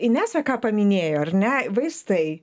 inesa ką paminėjo ar ne vaistai